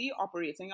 operating